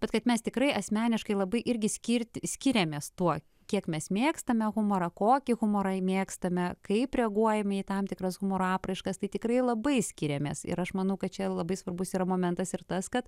bet kad mes tikrai asmeniškai labai irgi skirti skiriamės tuo kiek mes mėgstame humorą kokį humorą mėgstame kaip reaguojame į tam tikras humoro apraiškas tai tikrai labai skiriamės ir aš manau kad čia labai svarbus yra momentas ir tas kad